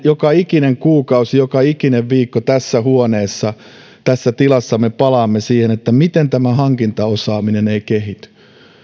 joka ikinen kuukausi joka ikinen viikko tässä huoneessa tässä tilassa me palaamme siihen miten tämä hankintaosaaminen ei kehity